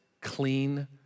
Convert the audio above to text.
clean